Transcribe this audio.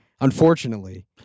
unfortunately